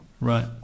Right